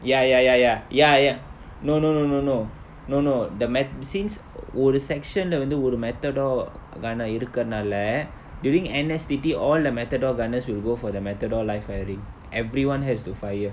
ya ya ya ya ya ya no no no no no no no the map since ஒரு:oru section lah வந்து ஒரு:vanthu oru method or gunner இருக்குறனால:irukkuranaala during N_S_T_T all the method or gunners will go for the mathod or live firing everyone has to fire